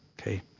okay